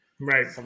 Right